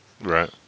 right